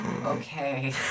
Okay